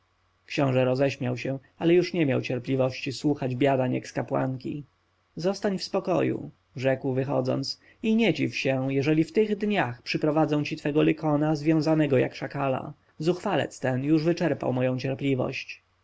książę roześmiał się ale już nie miał cierpliwości słuchać biadań eks-kapłanki zostań w spokoju rzekł wychodząc i nie dziw się jeżeli w tych dniach przyprowadzą ci twego lykona związanego jak szakala zuchwalec ten już wyczerpał moją cierpliwość